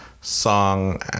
song